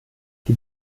die